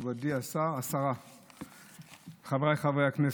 חברתי השרה, חבריי חברי הכנסת,